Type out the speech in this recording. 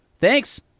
Thanks